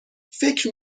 فکر